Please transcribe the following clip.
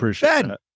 Ben